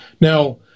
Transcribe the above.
Now